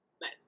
Nice